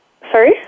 Sorry